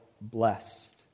blessed